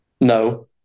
No